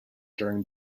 during